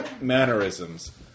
mannerisms